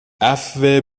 عفو